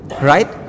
right